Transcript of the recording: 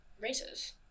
Races